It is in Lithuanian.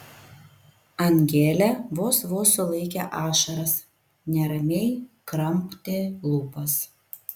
angelė vos vos sulaikė ašaras neramiai kramtė lūpas